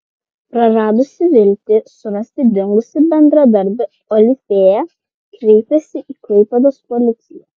praradusi viltį surasti dingusį bendradarbį olifėja kreipėsi į klaipėdos policiją